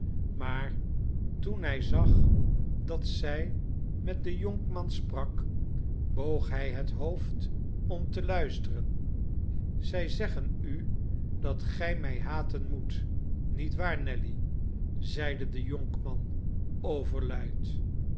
maar toen hij zag dat zij met den jonkman sprak boog hij zijn hoofd om te luisteren zij zeggen u dat gij mij haten moet niet waar nelly zeide de jonkman overluid